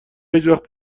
هیچوقت